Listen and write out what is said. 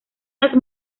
las